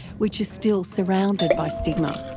which is still surrounded by stigma.